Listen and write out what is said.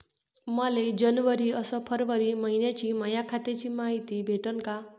मले जनवरी अस फरवरी मइन्याची माया खात्याची मायती भेटन का?